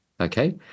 Okay